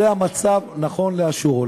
זה המצב נכון לאשורו.